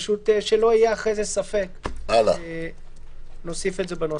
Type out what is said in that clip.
כדי שלא יהיה אחרי זה ספק, נוסיף את זה בנוסח.